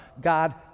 God